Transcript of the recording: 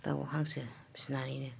दाउ हांसो फिसिनानैनो